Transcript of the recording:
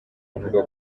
avuga